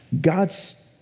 God's